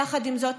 יחד עם זאת,